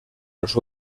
los